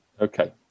Okay